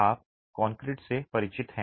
आप कंक्रीट से परिचित हैं